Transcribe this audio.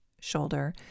shoulder